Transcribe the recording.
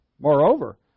Moreover